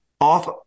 off